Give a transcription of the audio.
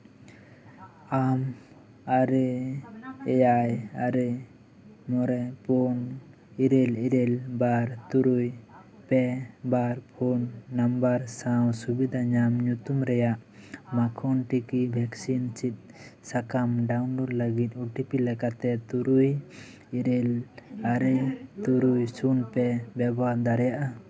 ᱟᱢ ᱟᱨᱮ ᱮᱭᱟᱭ ᱟᱨᱮ ᱢᱚᱬᱮ ᱯᱩᱱ ᱤᱨᱟᱹᱞ ᱤᱨᱟᱹᱞ ᱵᱟᱨ ᱛᱩᱨᱩᱭ ᱯᱮ ᱵᱟᱨ ᱯᱩᱱ ᱱᱟᱢᱵᱟᱨ ᱥᱟᱣ ᱥᱩᱵᱤᱫᱷᱟ ᱧᱟᱢ ᱧᱩᱛᱩᱢ ᱨᱮᱭᱟᱜ ᱢᱟᱠᱷᱚᱱ ᱴᱤᱠᱤ ᱵᱷᱮᱠᱥᱤᱱ ᱥᱤᱫᱽ ᱥᱟᱠᱟᱱ ᱰᱟᱣᱩᱱᱞᱳᱰ ᱞᱟᱹᱜᱤᱫ ᱳᱴᱤᱯᱤ ᱞᱮᱠᱟᱛᱮ ᱛᱩᱨᱩᱭ ᱤᱨᱟᱹᱞ ᱟᱨᱮ ᱛᱩᱨᱩᱭ ᱥᱩᱱ ᱯᱮ ᱵᱮᱵᱚᱦᱟᱨ ᱫᱟᱲᱮᱭᱟᱜᱼᱟ